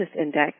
Index